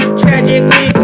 tragically